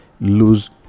lose